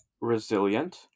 Resilient